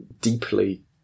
deeply